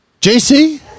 JC